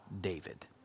David